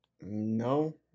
No